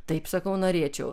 taip sakau norėčiau